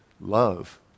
Love